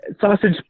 Sausage